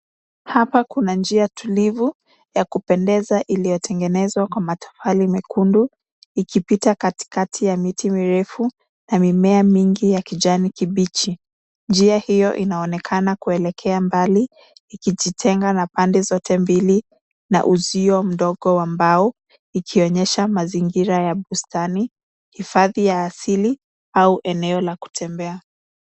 Hapa kuna njia tulivu ya kupendeza iliyotengenezwa kwa matofali mekundu ikipita katikati ya miti mirefu na mimea mingi ya kijani kibichi. Njia hiyo inaonekana kuelekea mbali, ikijitenga na pande zote mbili na uzio mdogo wa mbao, ikionyesha mazingira ya bustani, hifadhi ya asili, au eneo la kutembea.